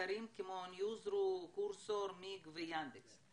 אתרים כמו ניוזרו, קורסור, מיג ויאנדקס.